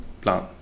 plan